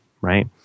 right